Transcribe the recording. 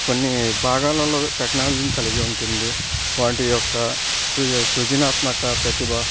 కొన్ని భాగాలలో టెక్నాలజీని కలిగి ఉంటుంది వాటి యొక్క సృ సృజనాత్మక ప్రతిభ